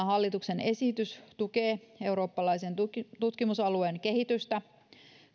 hallituksen esitys tukee eurooppalaisen tutkimusalueen kehitystä